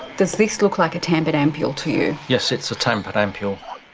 does this look like a tampered ampule to you? yes, it's a tampered ampule.